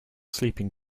sleeping